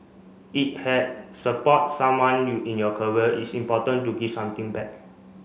if had support someone in your it's important to give something back